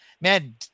Man